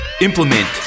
implement